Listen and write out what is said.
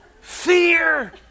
Fear